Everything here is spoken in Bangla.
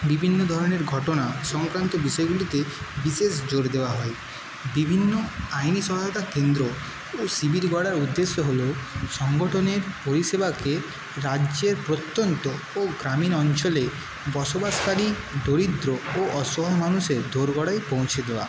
বিভিন্ন ধরনের ঘটনা সংক্রান্ত বিষয়গুলিতে বিশেষ জোর দেওয়া হয় বিভিন্ন আইনি সহায়তা কেন্দ্র ও সিভিল গড়ার উদ্দেশ্য হলো সংগঠনের পরিষেবাকে রাজ্যের প্রত্যন্ত ও গ্রামীণ অঞ্চলে বসবাসকারী দরিদ্র ও অসহায় মানুষের দোরগোড়ায় পৌঁছে দেওয়া